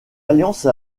alliance